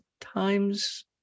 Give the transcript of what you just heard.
times